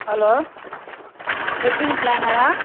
hello wedding பிளானரா